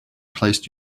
placed